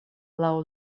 laŭ